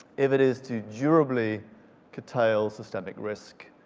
if it is to durably curtail systemic risk,